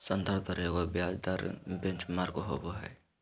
संदर्भ दर एगो ब्याज दर बेंचमार्क होबो हइ